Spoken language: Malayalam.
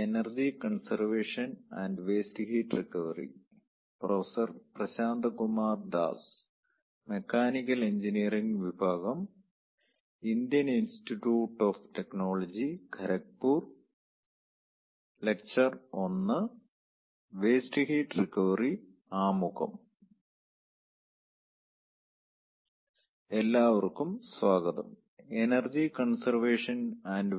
എല്ലാവർക്കും സ്വാഗതം എനർജി കൺസർവേഷൻ ആൻഡ്